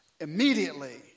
Immediately